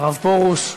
הרב פרוש,